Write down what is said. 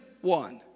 one